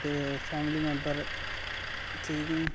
ते family member ठीक न